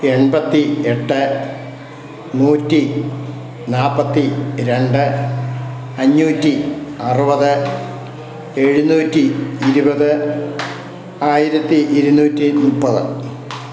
എൺപത്തി എട്ട് നൂറ്റി നാല്പ്പത്തി രണ്ട് അഞ്ഞൂറ്റി അറുപത് എഴുന്നൂറ്റി ഇരുപത് ആയിരത്തി ഇരുന്നൂറ്റി മുപ്പത്